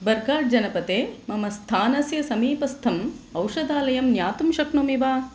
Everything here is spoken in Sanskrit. बर्काड् जनपते मम स्थानस्य समीपस्थम् औषधालयं ज्ञातुं शक्नोमि वा